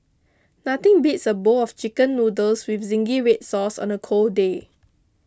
nothing beats a bowl of Chicken Noodles with Zingy Red Sauce on a cold day